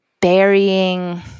burying